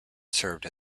served